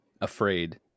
afraid